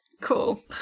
Cool